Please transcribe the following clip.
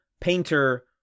painter